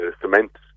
cement